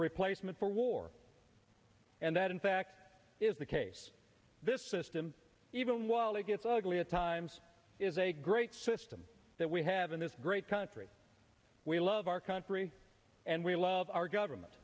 replacement for war and that in fact is the case this system even while they get ugly at times is a great system that we have in this great country we love our country and we love our government